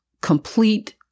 complete